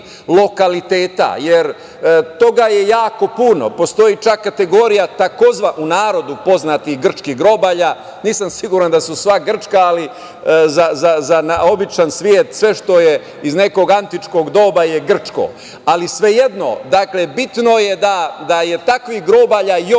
lokaliteta, jer toga je jako puno, postoji čak kategorija, tzv. u narodu poznatih grčkih grobalja, nisam siguran da su sva grčka, ali za običan svet, sve što je iz nekog antičkog doba je grčko, ali svejedno, bitno je da je takvih grobalja još